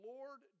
Lord